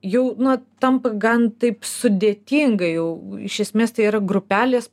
jau nu tampa gan taip sudėtinga jau iš esmės tai yra grupelės